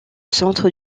centre